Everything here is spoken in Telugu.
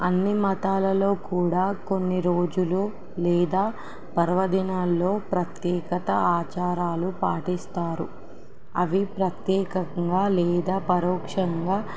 అన్ని మతాలలో కూడా కొన్ని రోజులు లేదా పర్వదినాల్లో ప్రత్యేకత ఆచారాలు పాటిస్తారు అవి ప్రత్యేకంగా లేదా పరోక్షంగా